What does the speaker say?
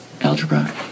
algebra